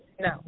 no